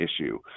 issue